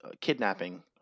kidnapping